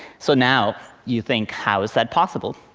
so, now you think, how is that possible?